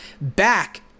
back